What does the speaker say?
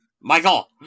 Michael